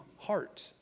heart